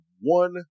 one